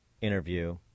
interview